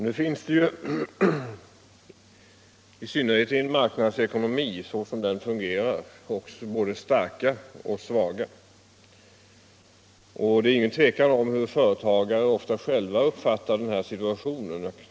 Nu finns det ju, i synnerhet i en marknadsekonomi så som den fungerar, både starka och svaga företag och det råder inget tvivel om hur företagarna själva ofta uppfattar den här situationen.